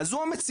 אז זו המציאות.